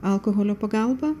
alkoholio pagalba